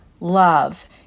love